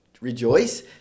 rejoice